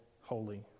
holy